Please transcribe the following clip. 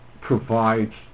provides